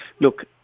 look